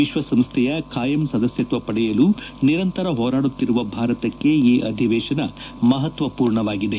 ವಿಶ್ವಸಂಸ್ವೆಯ ಖಾಯಂ ಸದಸ್ತತ್ವ ಪಡೆಯಲು ನಿರಂತರ ಹೋರಾಡುತ್ತಿರುವ ಭಾರತಕ್ಕೆ ಈ ಅಧಿವೇಶನ ಮಹತ್ವಸೂರ್ಣವಾಗಿದೆ